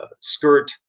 skirt